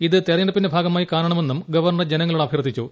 ഇത് തെരഞ്ഞെടുപ്പിന്റെ ഭാഗമായി കാണണമെന്നും ഗവർ ണർ ജനങ്ങളോട് അഭ്യർത്ഥിച്ചു